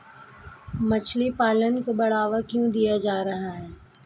मछली पालन को बढ़ावा क्यों दिया जा रहा है?